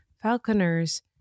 falconers